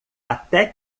até